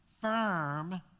firm